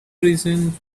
reason